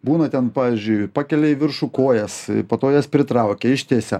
būna ten pavyzdžiui pakelia į viršų kojas po to jas pritraukia ištiesia